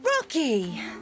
Rocky